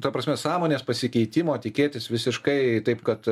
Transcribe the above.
ta prasme sąmonės pasikeitimo tikėtis visiškai taip kad